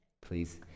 please